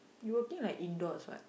you working like indoors what